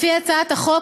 לפי הצעת החוק,